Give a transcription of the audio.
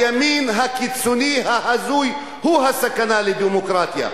הימין הקיצוני ההזוי הוא הסכנה לדמוקרטיה.